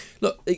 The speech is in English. look